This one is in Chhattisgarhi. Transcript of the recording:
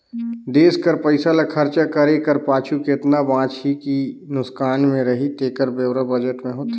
देस कर पइसा ल खरचा करे कर पाछू केतना बांचही कि नोसकान में रही तेकर ब्योरा बजट में होथे